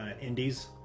indies